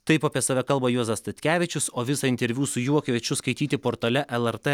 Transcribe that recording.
taip apie save kalba juozas statkevičius o visą interviu su juo kviečiu skaityti portale lrt